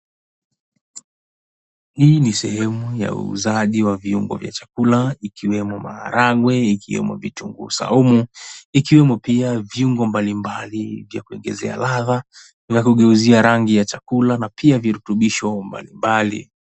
Hii ni sehemu ya uzaji wa viungo vya chakula ikiwemo maharagwe ikiwemo vitunguu saumu ikiwemo pia viungo mbalimbali vya kuongezeka ladha na kugeuzia rangi ya chakula na pia virutubisho mbalimbali.